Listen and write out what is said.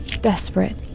desperate